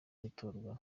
gutorwa